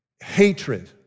hatred